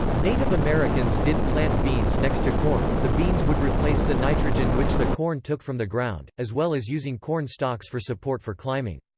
native americans did plant beans next to corn the beans would replace the nitrogen which the corn took from the ground as well as using corn stalks for support for climbing.